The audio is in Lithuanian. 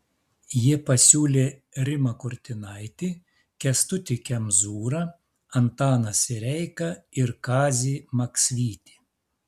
jie pasiūlė rimą kurtinaitį kęstutį kemzūrą antaną sireiką ir kazį maksvytį